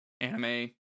anime